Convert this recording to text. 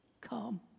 Come